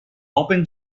open